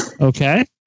Okay